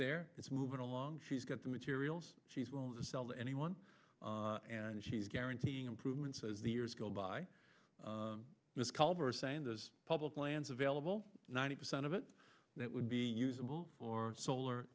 there it's moving along she's got the materials she's will not sell to anyone and she's guaranteeing improvements as the years go by ms called her saying those public lands available ninety percent of it that would be usable or solar